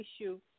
issue